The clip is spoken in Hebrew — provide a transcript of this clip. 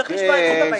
צריך לשמוע את זיוה.